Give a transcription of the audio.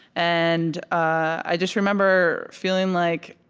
and i just remember feeling like,